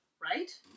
right